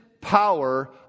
power